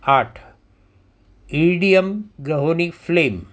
આઠ ઇડીએમ ગ્રહોની ફલેમ